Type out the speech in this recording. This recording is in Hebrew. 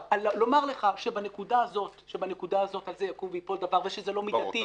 לומר לך שבנקודה הזאת על זה יקום וייפול דבר ושזה לא מידתי,